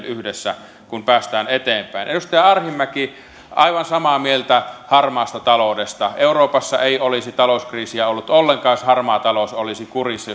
yhdessä kun päästään eteenpäin edustaja arhinmäki olen aivan samaa mieltä harmaasta taloudesta euroopassa ei olisi talouskriisiä ollut ollenkaan jos harmaa talous olisi kurissa